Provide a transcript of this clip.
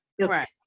Right